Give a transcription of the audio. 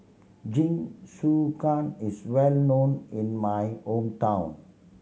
jingisukan is well known in my hometown